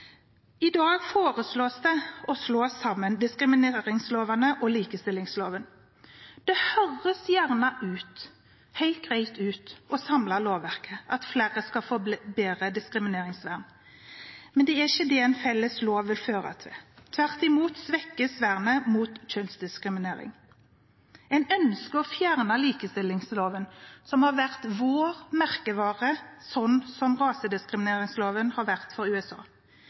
I dag foreslås det å slå sammen diskrimineringslovene og likestillingsloven. Det høres helt greit ut å samle lovverket, at flere skal få bedre diskrimineringsvern. Men det er ikke det en felles lov vil føre til – tvert imot svekkes vernet mot kjønnsdiskriminering. En ønsker å fjerne likestillingsloven, som har vært merkevaren for oss, slik rasediskrimineringsloven har vært for USA.